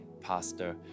pastor